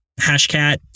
Hashcat